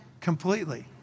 completely